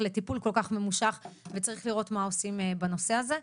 לטיפול כל כך ממשוך וצריך לראות מה עושים בנושא הזה.